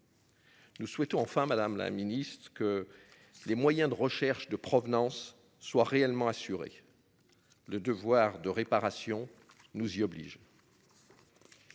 Nous souhaitons enfin Madame la Ministre que les moyens de recherche de provenance soit réellement assurés. Le devoir de réparation. Nous y oblige.